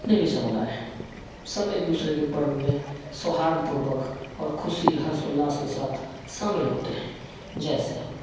जितने भी समुदय हैं सब एक दूसरे के पर्व में सोहार्थ पूर्वक और ख़ुशी हर्षोउल्लास के साथ शामिल होते हैं जैसे